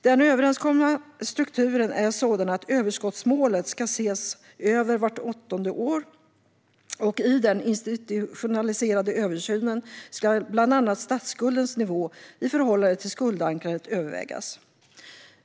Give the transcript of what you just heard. Den överenskomna strukturen är sådan att överskottsmålet ska ses över var åttonde år, och i den institutionaliserade översynen ska bland annat statsskuldens nivå i förhållande till skuldankaret övervägas.